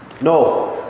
No